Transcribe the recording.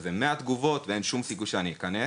איזה 100 תגובות ואין שום סיכוי שאני אצליח להיכנס.